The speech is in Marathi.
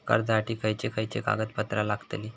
कर्जासाठी खयचे खयचे कागदपत्रा लागतली?